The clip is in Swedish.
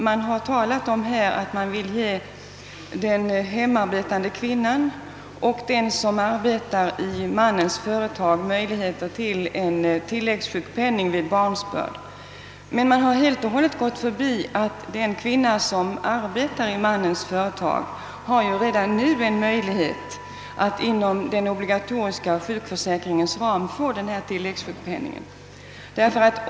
Man har talat om att man vill ge den hemarbetande kvinnan och den kvinna som arbetar i familjens. eget företag möjlighet till tilläggssjukpenning vid barnsbörd. Man har emellertid helt och hållet gått förbi den omständigheten, att den kvinna som arbetar i familjens företag redan nu har möjlighet att inom den obligatoriska sjukförsäkringens ram få tilläggssjukpenning.